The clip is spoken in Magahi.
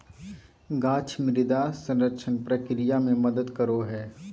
गाछ मृदा संरक्षण प्रक्रिया मे मदद करो हय